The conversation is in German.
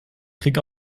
krieg